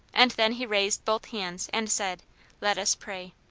and then he raised both hands and said let us pray.